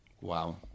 Wow